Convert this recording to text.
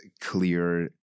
clear